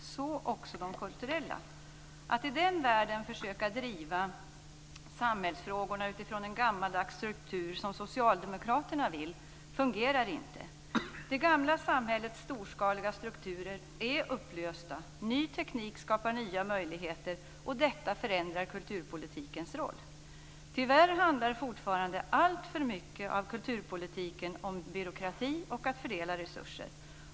Så gör också de kulturella. Att i den världen försöka driva samhällsfrågorna utifrån en gammaldags struktur, som socialdemokraterna vill, fungerar inte. Det gamla samhällets storskaliga strukturer är upplösta. Ny teknik skapar nya möjligheter, och detta förändrar kulturpolitikens roll. Tyvärr handlar fortfarande alltför mycket av kulturpolitiken om byråkrati och om att fördela resurser.